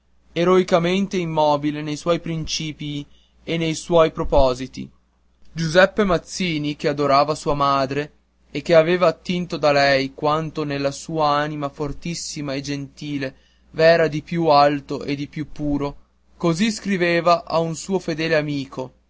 eroicamente immobile nei suoi principii e nei suoi propositi giuseppe mazzini che adorava sua madre e che aveva attinto da lei quanto nella sua anima fortissima e gentile v'era di più alto e di più puro così scriveva a un suo fedele amico